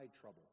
trouble